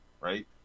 right